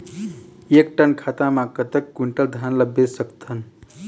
एक ठन खाता मा कतक क्विंटल धान ला बेच सकथन?